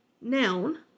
Noun